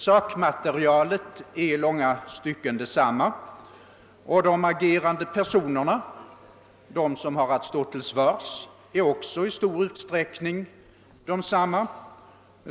Sakmaterialet är i långa stycken detsamma och de agerande personerna, de som har att stå till svars, är också i stor utsträckning desamma.